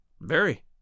Very